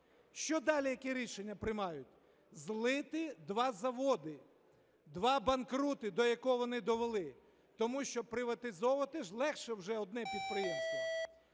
Що далі? Яке рішення приймають? Злити два заводи, два банкрути, до якого вони довели, тому що приватизовувати легше ж вже одне підприємство.